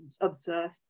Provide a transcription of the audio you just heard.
observe